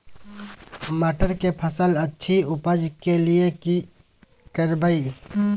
मटर के फसल अछि उपज के लिये की करबै?